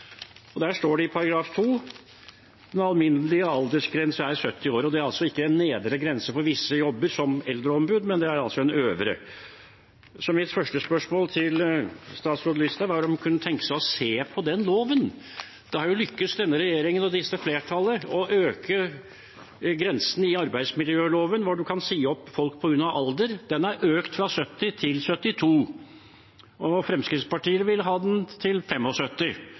Der står det i § 2: «Den alminnelige aldersgrense er 70 år.» Det er ikke en nedre grense for visse jobber, som eldreombud, men en øvre grense. Mitt første spørsmål til statsråd Listhaug er om hun kunne tenke seg å se på den loven. Det har jo lyktes denne regjeringen og dette flertallet å øke grensen i arbeidsmiljøloven for når man kan si opp folk på grunn av alder. Den er økt fra 70 år til 72 år. Fremskrittspartiet vil ha den til